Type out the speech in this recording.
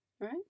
Right